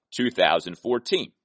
2014